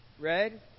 Red